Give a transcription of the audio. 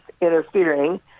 interfering